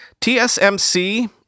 TSMC